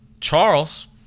Charles